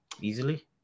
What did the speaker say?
easily